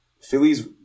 Phillies